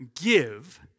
give